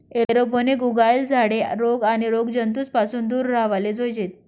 aeroponic उगायेल झाडे रोग आणि रोगजंतूस पासून दूर राव्हाले जोयजेत